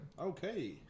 okay